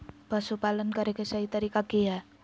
पशुपालन करें के सही तरीका की हय?